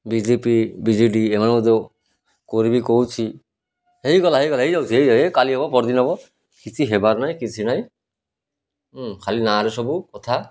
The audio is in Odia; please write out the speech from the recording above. ବି J P B J D ଏମାନେ ମଧ୍ୟ କରିବି କହୁଛି ହେଇଗଲା ହେଇଗଲା ହେଇଯାଉଛି ହେଇାଉ ହେ କାଲି ହବ ପରଦିନ ହବ କିଛି ହେବାର ନାହିଁ କିଛି ନାଇଁଁ ହୁଁ ଖାଲି ନାଁରେ ସବୁ କଥା